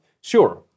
sure